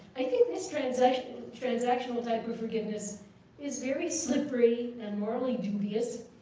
i think this transactional transactional type of forgiveness is very slippery and morally dubious,